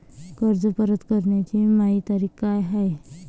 कर्ज परत कराची मायी तारीख का हाय?